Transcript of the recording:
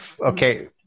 Okay